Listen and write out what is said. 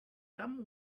come